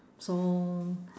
so